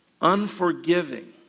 unforgiving